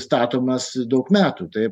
statomas daug metų taip